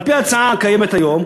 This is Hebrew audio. על-פי ההצעה הקיימת היום,